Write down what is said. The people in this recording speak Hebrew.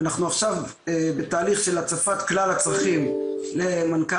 ואנחנו עכשיו בתהליך של הצפת כלל הצרכים למנכ"ל